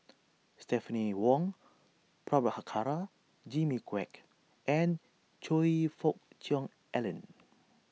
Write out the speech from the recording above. Stephanie Wong Prabhakara Jimmy Quek and Choe Fook Cheong Alan